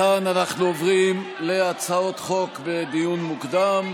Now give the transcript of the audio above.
מכאן אנחנו עוברים להצעות חוק בדיון מוקדם,